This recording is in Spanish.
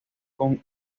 con